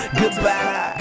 goodbye